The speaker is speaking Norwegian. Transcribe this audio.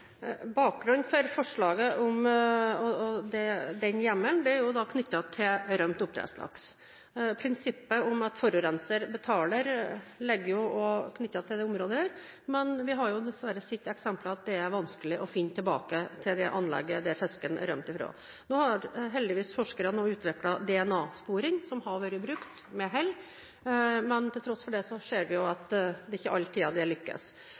Bakgrunnen for forslaget om den hjemmelen er knyttet til rømt oppdrettslaks. Prinsippet om at forurenser betaler er også knyttet til det området, men vi har dessverre sett eksempler på at det er vanskelig å finne tilbake til det anlegget fisken har rømt ifra. Nå har heldigvis forskere utviklet DNA-sporing som har vært brukt med hell, men til tross for det ser vi at det ikke alltid lykkes. Det